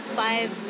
five